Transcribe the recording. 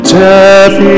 death